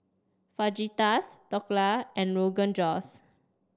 Fajitas Dhokla and Rogan Josh